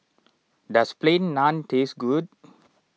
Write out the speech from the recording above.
does Plain Naan taste good